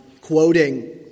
quoting